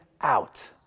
out